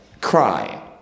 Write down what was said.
cry